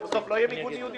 אז בסוף לא יהיה מיגון ניוד,